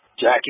Jackie